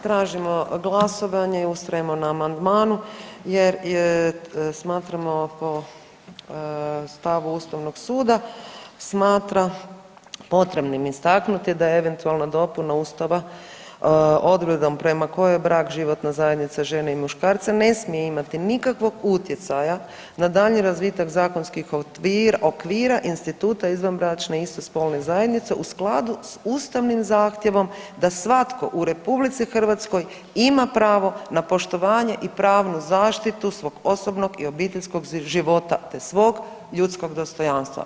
Tražimo glasovanje i ustrajemo na amandmanu jer smatramo po stavu Ustavnog Suda smatram potrebnim istaknuti da eventualna dopuna Ustava odredbom prema kojoj brak životna zajednica žene i muškarca ne smije imati nikakvog utjecaja na daljnji razvitak zakonskih okvira instituta izvanbračne i istospolne zajednice u skladu s ustavnim zahtjevom da svatko u RH ima pravo na poštovanje i pravnu zaštitu svog osobnog i obiteljskog života te svog ljudskog dostojanstva.